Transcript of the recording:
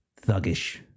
thuggish